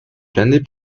l’année